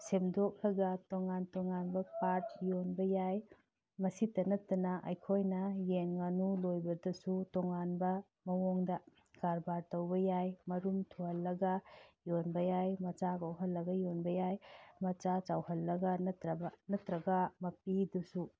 ꯁꯦꯝꯗꯣꯛꯂꯒ ꯇꯣꯉꯥꯟ ꯇꯣꯉꯥꯟꯕ ꯄꯥꯔꯠ ꯌꯣꯟꯕ ꯌꯥꯏ ꯃꯁꯤꯇ ꯅꯠꯇꯅ ꯑꯩꯈꯣꯏꯅ ꯌꯦꯟ ꯉꯥꯅꯨ ꯂꯣꯏꯕꯗꯁꯨ ꯇꯣꯉꯥꯟꯕ ꯃꯑꯣꯡꯗ ꯀꯥꯔꯕꯥꯔ ꯇꯧꯕ ꯌꯥꯏ ꯃꯔꯨꯝ ꯊꯨꯍꯜꯂꯒ ꯌꯣꯟꯕ ꯌꯥꯏ ꯃꯆꯥ ꯀꯣꯛꯍꯜꯂꯒ ꯌꯣꯟꯕ ꯌꯥꯏ ꯃꯆꯥ ꯆꯥꯎꯍꯜꯂꯒ ꯅꯠꯇ꯭ꯔꯒ ꯃꯄꯤꯗꯨꯁꯨ